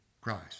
Christ